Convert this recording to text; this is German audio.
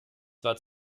zwar